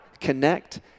connect